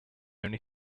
only